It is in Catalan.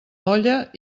olla